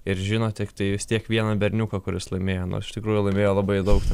ir žinot tiktai vis tiek vieną berniuką kuris laimėjo nors iš tikrųjų laimėjo labai daug